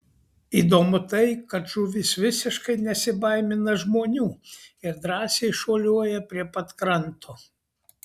įdomu tai kad žuvys visiškai nesibaimina žmonių ir drąsiai šuoliuoja prie pat kranto